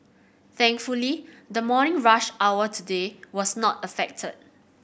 thankfully the morning rush hour today was not affected